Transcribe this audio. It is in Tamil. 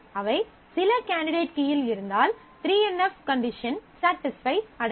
அவை சில கேண்டிடேட் கீயில் இருந்தால் 3 என் எஃப் கண்டிஷன் ஸடிஸ்ஃபை அடையும்